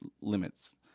limits